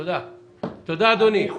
תודה, אדוני.